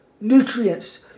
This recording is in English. nutrients